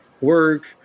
work